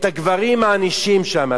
את הגברים מענישים שם,